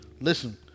Listen